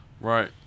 Right